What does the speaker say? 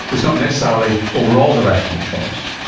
it's not necessarily overall the rational choice.